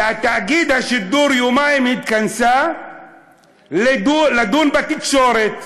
ותאגיד השידור, יומיים היא התכנסה לדון בתקשורת.